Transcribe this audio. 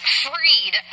freed